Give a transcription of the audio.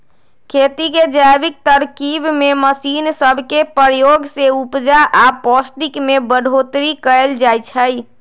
खेती के जैविक तरकिब में मशीन सब के प्रयोग से उपजा आऽ पौष्टिक में बढ़ोतरी कएल जाइ छइ